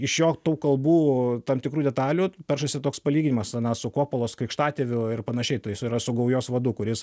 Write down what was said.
iš jo tų kalbų tam tikrų detalių peršasi toks palyginimas na su kopolos krikštatėviu ir panašiai tai su gaujos vadu kuris